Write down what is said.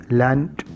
land